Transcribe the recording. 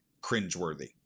cringeworthy